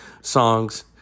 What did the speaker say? songs